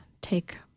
take